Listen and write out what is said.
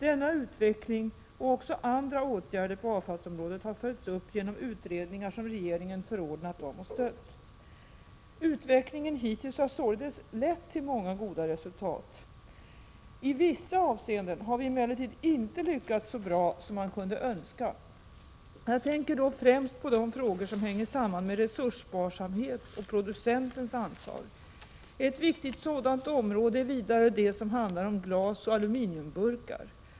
Denna utveckling och också andra åtgärder på avfallsområdet har följts upp genom utredningar som regeringen förordnat om och stött. Utvecklingen hittills har således lett till många goda resultat. I vissa avseenden har vi emellertid inte lyckats så bra som man kunde önska. Jag tänker då främst på de frågor som hänger samman med resurssparsamhet och producentens ansvar. Ett viktigt sådant område är det som handlar om glas och aluminiumburkar.